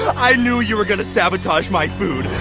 i knew you were gonna sabotage my food,